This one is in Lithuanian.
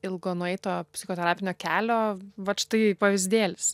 ilgo nueito psichoterapinio kelio vat štai pavyzdėlis